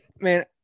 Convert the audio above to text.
Man